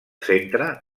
centre